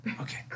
okay